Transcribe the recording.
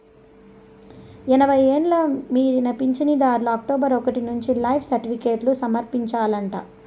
ఎనభై ఎండ్లు మీరిన పించనుదార్లు అక్టోబరు ఒకటి నుంచి లైఫ్ సర్టిఫికేట్లు సమర్పించాలంట